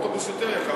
האוטובוס יותר יקר